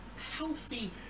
healthy